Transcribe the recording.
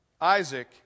Isaac